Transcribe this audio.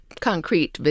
concrete